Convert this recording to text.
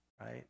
right